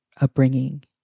upbringing